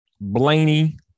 Blaney